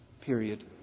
Period